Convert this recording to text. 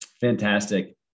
Fantastic